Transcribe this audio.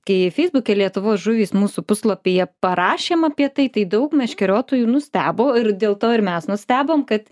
kai feisbuke lietuvos žuvys mūsų puslapyje parašėm apie tai daug meškeriotojų nustebo ir dėl to ir mes nustebom kad